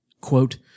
Quote